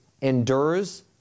endures